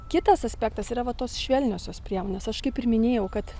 kitas aspektas yra va tos švelniosios priemonės aš kaip ir minėjau kad